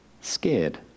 scared